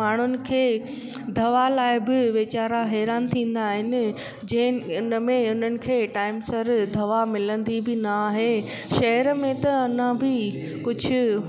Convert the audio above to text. माण्हुनि खे दवा लाइ बि वीचारा हैरान थींदा आहिनि जे हिन में उन्हनि खे टाइम सर दवा मिलंदी बि न आहे शहर में त अञा बि कुझु